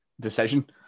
decision